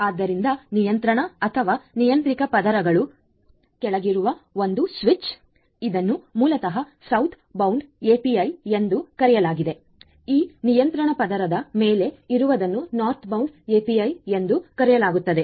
ಆದ್ದರಿಂದ ನಿಯಂತ್ರಣ ಅಥವಾ ನಿಯಂತ್ರಕ ಪದರಗಳ ಕೆಳಗಿರುವ ಒಂದು ಸ್ವಿಚ ಇದನ್ನು ಮೂಲತಃ ಸೌತ್ಬೌಂಡ್ ಎಪಿಐ ಎಂದು ಕರೆಯಲಾಗಿದೆ ನಿಯಂತ್ರಣ ಪದರದ ಮೇಲೆ ಇರುವುದನ್ನು ನಾರ್ತ್ಬೌಂಡ್ ಎಪಿಐ ಎಂದು ಕರೆಯಲಾಗುತ್ತದೆ